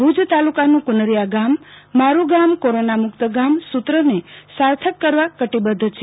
ભુજ તાલુકાનું કુનરિયા ગામ મારૂ ગામ કોરોના મુક્ત ગામ સુત્રને સાર્થક કરવા કટિબધ્ધ છે